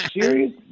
serious